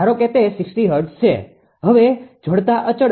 ધારો કે તે 60 હર્ટ્ઝ છે